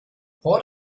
port